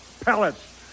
pellets